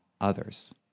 others